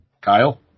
Kyle